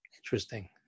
interesting